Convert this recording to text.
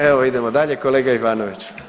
Evo idemo dalje, kolega Ivanović.